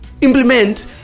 implement